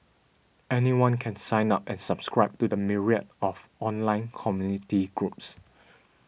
anyone can sign up and subscribe to the myriad of online community groups